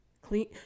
Clean